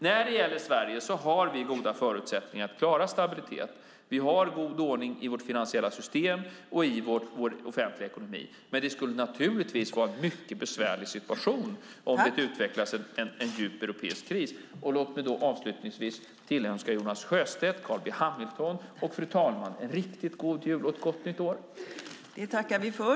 När det gäller Sverige har vi goda förutsättningar att klara stabilitet. Vi har god ordning i vårt finansiella system och i vår offentliga ekonomi. Men det skulle naturligtvis bli en mycket besvärlig situation om det utvecklades en djup europeisk kris. Låt mig avslutningsvis tillönska Jonas Sjöstedt, Carl B Hamilton och fru talman en riktigt god jul och ett gott nytt år.